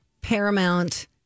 Paramount